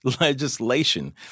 legislation